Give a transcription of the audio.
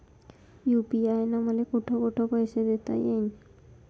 UPI न मले कोठ कोठ पैसे देता येईन?